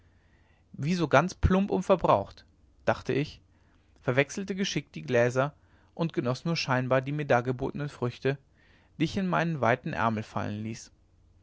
so ganz plump und verbraucht dachte ich verwechselte geschickt die gläser und genoß nur scheinbar die mir dargebotenen früchte die ich in meinen weiten ärmel fallen ließ